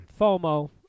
FOMO